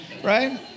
Right